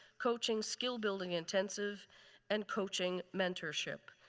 coaching skill building intensive and coaching mentorship.